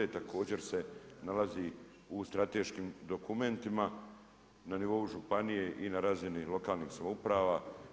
Također se nalazi u strateškim dokumentima na nivou županije i na razini lokalnih samouprava.